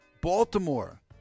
Baltimore